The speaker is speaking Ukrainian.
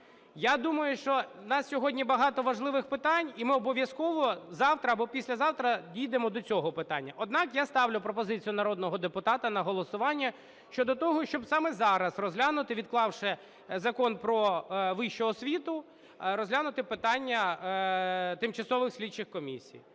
Я думаю, що у нас сьогодні багато важливих питань, і ми обов’язково завтра або післязавтра дійдемо до цього питання. Однак, я ставлю пропозицію народного депутата на голосування щодо того, щоб саме зараз розглянути, відклавши Закон "Про вищу освіту", розглянути питання тимчасових слідчих комісій.